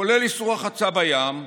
כולל איסור רחצה בים,